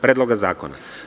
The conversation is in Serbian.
Predloga zakona?